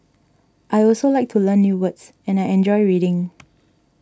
I also like to learn new words and I enjoy reading